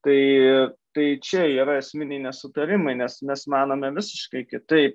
tai tai čia yra esminiai nesutarimai nes mes manome visiškai kitaip